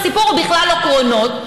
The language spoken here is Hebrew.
הסיפור הוא בכלל לא קרונות,